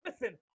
listen